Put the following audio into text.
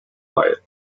quiet